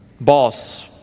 Boss